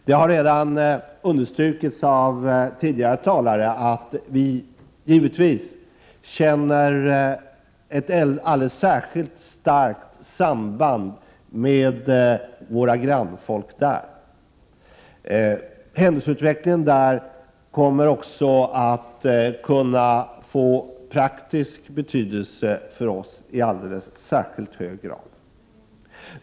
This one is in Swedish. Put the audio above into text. Det har redan understrukits av tidigare talare av vi självfallet känner ett särskilt starkt samband med våra grannfolk i dessa stater. Händelseutvecklingen i de baltiska staterna kommer också att kunna få praktisk betydelse för oss i speciellt hög grad.